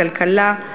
הכלכלה,